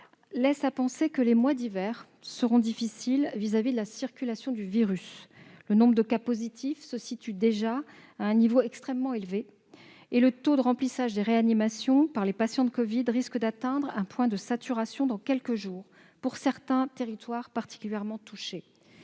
laissent à penser que les mois d'hiver seront difficiles du point de vue de la circulation du virus. Le nombre de cas positifs se situe déjà à un niveau extrêmement élevé et le taux d'occupation des lits de réanimation par les patients atteints de la covid-19 risque d'atteindre un point de saturation dans quelques jours pour certains territoires particulièrement touchés.